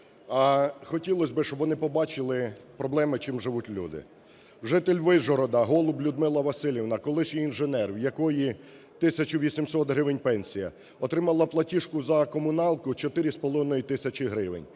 Хотілось би, щоб вони побачили проблеми, чим живуть люди. Житель Вишгорода Голуб Людмила Василівна, колишній інженер, в якої 1 тисяча 800 гривень пенсія, отримала платіжку за комуналку 4,5 тисячі гривень,